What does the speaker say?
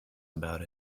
about